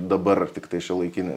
dabar tiktai šiuolaikinę